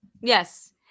Yes